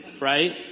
Right